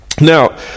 Now